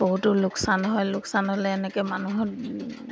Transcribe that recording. বহুতো লোকচান হয় লোকচান হ'লে এনেকে মানুহৰ